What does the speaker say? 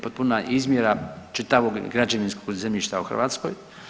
Potpuna izmjera čitavog građevinskog zemljišta u Hrvatskoj.